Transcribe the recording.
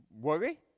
Worry